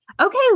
okay